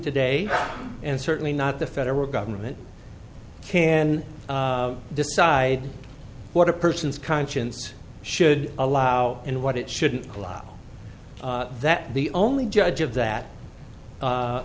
today and certainly not the federal government can decide what a person's conscience should allow and what it shouldn't club that the only judge of that